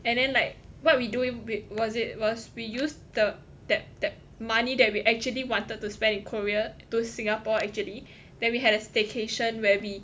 and then like what we do it was it was we use the that that money that we actually wanted to spend in Korea to Singapore actually then we had a staycation where we